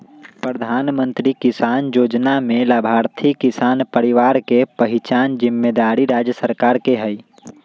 प्रधानमंत्री किसान जोजना में लाभार्थी किसान परिवार के पहिचान जिम्मेदारी राज्य सरकार के हइ